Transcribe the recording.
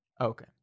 Okay